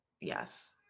yes